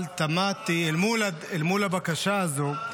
אבל תמהתי מול הבקשה הזו.